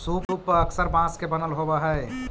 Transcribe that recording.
सूप पअक्सर बाँस के बनल होवऽ हई